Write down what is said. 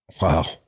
Wow